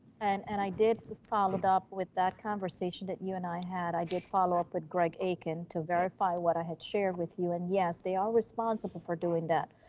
and and i did with followed up with that conversation that you and i had, i did follow up with greg akin to verify what i had shared with you. and yes, they are responsible for doing that.